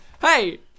Hey